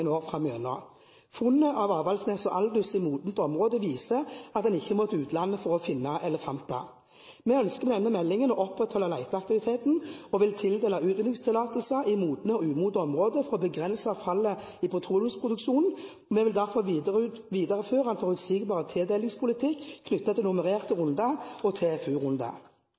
Funnet av Aldous Major/Avaldsnes i modent område viser at en ikke må til utlandet for å finne elefanter. Vi ønsker med denne meldingen å opprettholde leteaktiviteten og vil tildele utvinningstillatelser i modne og umodne områder for å begrense fallet i petroleumsproduksjonen. Vi vil derfor videreføre en forutsigbar tildelingspolitikk knyttet til nummererte runder og TFO-runder. I all hovedsak har det vært stor tilslutning til